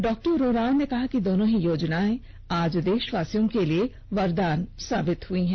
डॉ उरांव ने कहा कि दोनों ही योजनाएं आज देशवासियों के लिए वरदान साबित हुई है